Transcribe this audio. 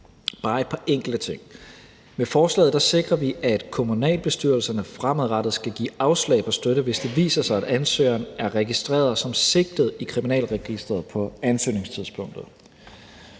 bare et par enkelte ting. Med forslaget sikrer vi, at kommunalbestyrelserne fremadrettet skal give afslag på støtte, hvis det viser sig, at ansøgeren er registreret som sigtet i Kriminalregisteret på ansøgningstidspunktet.